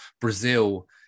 Brazil